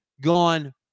gone